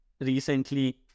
recently